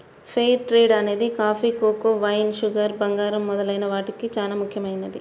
fair trade అనేది coffee, cocoa, wine, sugar, బంగారం మొదలైన వాటికి చానా ముఖ్యమైనది